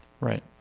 Right